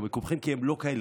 כי הם לא כאלה,